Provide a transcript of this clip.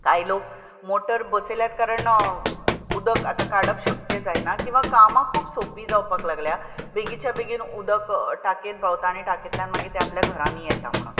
कांय लोक मोटर बसयल्यात कारण उदक आतां काडप शक्य जायना किंवां कामा खूब सोंपी जावपाक लागल्यां बेगीच्या बेगीन उदक टांकेंत पावता आनी टांकेंतल्यान मागीर तें आपल्या घरांनी येता म्हणून